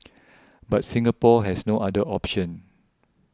but Singapore has no other option